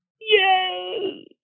Yay